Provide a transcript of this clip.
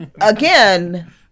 Again